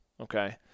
okay